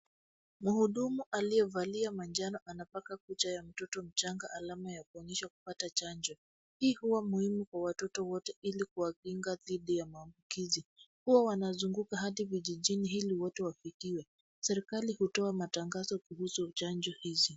Mhudumu aliyevalia manjano anapaka kucha ya mtoto mchanga alama ya kuonyesha kupata chanjo. Hii huwa muhimu kwa watoto wote ili kuwakinga dhidi ya maambukizi. Huwa wanazunguka hadi vijijini ili wote wafikiwe. Serikali hutoa matangazo kuhusu chanjo hizi.